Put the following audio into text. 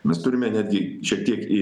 mes turime netgi šiek tiek į